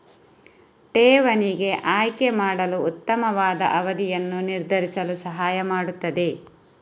ಠೇವಣಿಗೆ ಆಯ್ಕೆ ಮಾಡಲು ಉತ್ತಮವಾದ ಅವಧಿಯನ್ನು ನಿರ್ಧರಿಸಲು ಸಹಾಯ ಮಾಡುತ್ತದೆ